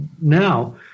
now